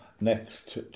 next